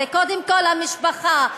קודם כול המשפחה,